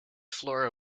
flora